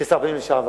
כשר הפנים לשעבר,